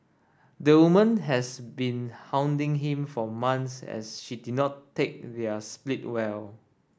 the woman has been hounding him for months as she did not take their split well